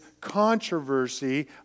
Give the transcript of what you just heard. controversy